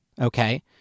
Okay